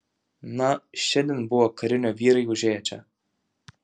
na šiandien buvo karinio vyrai užėję čia